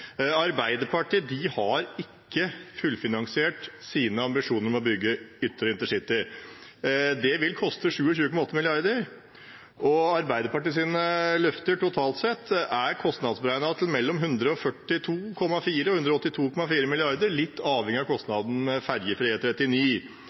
Arbeiderpartiet har ikke fullfinansiert sine ambisjoner om å bygge ytre intercity. Det vil koste 27,8 mrd. kr, og Arbeiderpartiets løfter totalt sett er kostnadsberegnet til mellom 142,4 og 182,4 mrd. kr, litt avhengig av